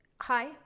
Hi